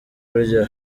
burya